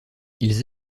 ils